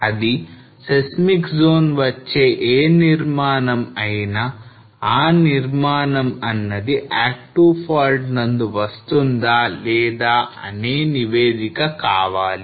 అది seismic zone వచ్చే ఏ నిర్మాణమైనా ఆ నిర్మాణం అన్నది active fault నందు వస్తుందా లేదా అనే నివేదిక కావాలి